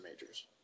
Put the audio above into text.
majors